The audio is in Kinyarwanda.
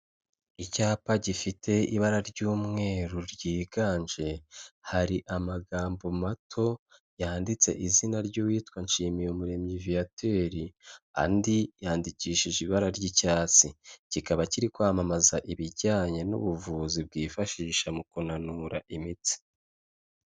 Icyapa gifite ibara ry'umweru ryiganje, hari amagambo mato yanditse izina ry'uwitwa NSHIMIYUMUREMYI Viateur andi yandikishije ibara ry'icyatsi kikaba kiri kwamamaza ibijyanye n'ubuvuzi bwifashisha mu kunanura imitsi.